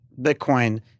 Bitcoin